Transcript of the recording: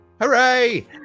Hooray